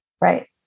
Right